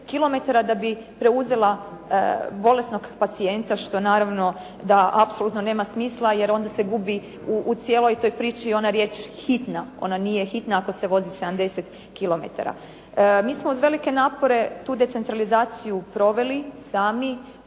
da bi preuzela bolesnog pacijent što naravno da apsolutno nema smisla jer onda se gubi u cijeloj toj priči ona riječ hitna. Ona nije hitna ako se vozi 70 kilometara. Mi smo uz velike napore tu decentralizaciju proveli sami.